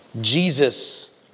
Jesus